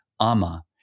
ama